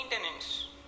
maintenance